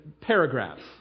paragraphs